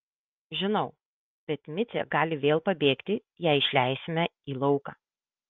žinau bet micė gali vėl pabėgti jei išleisime į lauką